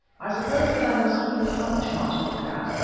i suppose that i must have been a funny child to look at,